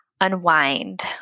unwind